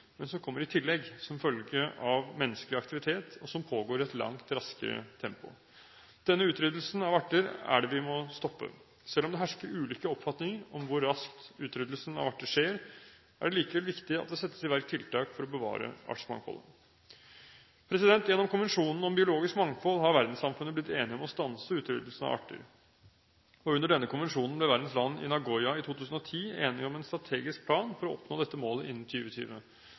men som kommer i tillegg som følge av menneskelig aktivitet, og som pågår i et langt raskere tempo. Denne utryddelsen av arter er det vi må stoppe. Selv om det hersker ulike oppfatninger om hvor raskt utryddelsen av arter skjer, er det likevel viktig at det settes i verk tiltak for å bevare artsmangfoldet. Gjennom konvensjonen om biologisk mangfold har verdenssamfunnet blitt enige om å stanse utryddelsen av arter, og under denne konvensjonen ble verdens land i Nagoya i 2010 enige om en strategisk plan for å oppnå dette målet innen